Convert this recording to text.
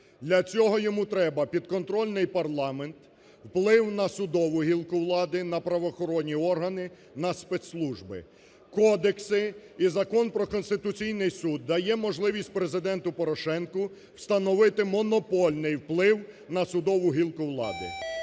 для цього йому треба підконтрольний парламент, вплив на судову гілку влади, на правоохоронні органи, на спецслужби. Кодекси і Закон про Конституційний Суд дає можливість Президенту Порошенку встановити монопольний вплив на судову гілку влади.